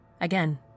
Again